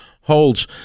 holds